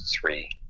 three